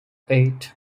eight